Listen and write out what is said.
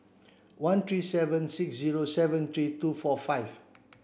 one three seven six zero seven three two four five